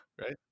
Right